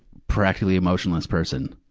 practically emotionless person.